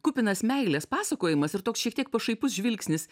kupinas meilės pasakojimas ir toks šiek tiek pašaipus žvilgsnis